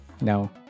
no